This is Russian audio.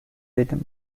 этим